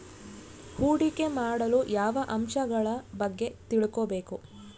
ಹೂಡಿಕೆ ಮಾಡಲು ಯಾವ ಅಂಶಗಳ ಬಗ್ಗೆ ತಿಳ್ಕೊಬೇಕು?